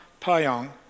Payong